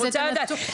אני רוצה לדעת.